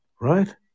right